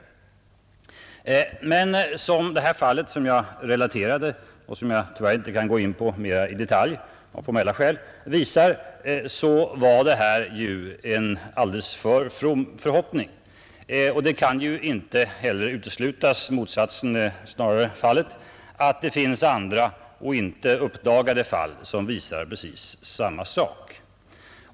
Det fall som jag relaterade och som jag av formella skäl inte kan gå in på mera i detalj visar att detta var en alltför from förhoppning. Det kan inte heller uteslutas att det även finns andra, icke uppdagade fall, som visar samma sak.